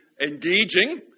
engaging